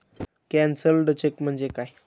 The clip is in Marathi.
कॅन्सल्ड चेक म्हणजे काय?